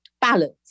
balance